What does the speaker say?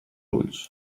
ulls